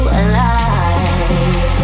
alive